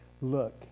Look